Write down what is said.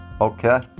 Okay